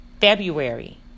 February